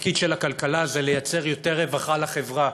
התפקיד של הכלכלה זה לייצר יותר רווחה לחברה.